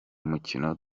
mukino